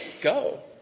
go